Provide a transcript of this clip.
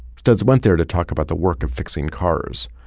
studs went there to talk about the work of fixing cars,